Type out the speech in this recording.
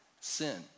sin